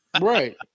right